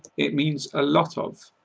it means a lot of,